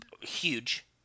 huge